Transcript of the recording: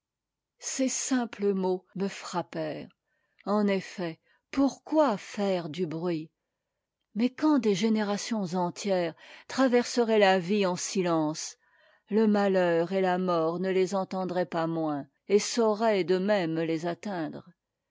ces simples mots me frappèrent en effet pourquoi faire du bruit mais quand des générations entières traverseraient la vie en silence le malheur et la mort ne les observeraient pas moins et sauraient de même les atteindre